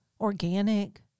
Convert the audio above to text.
Organic